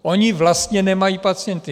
Ony vlastně nemají pacienty.